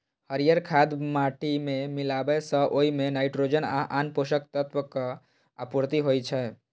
हरियर खाद माटि मे मिलाबै सं ओइ मे नाइट्रोजन आ आन पोषक तत्वक आपूर्ति होइ छै